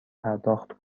پرداخت